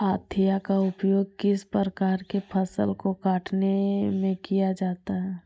हाशिया का उपयोग किस प्रकार के फसल को कटने में किया जाता है?